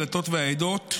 הדתות והעדות,